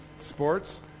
Sports